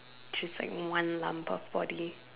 just like one lump of body